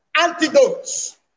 Antidotes